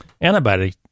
antibody